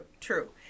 true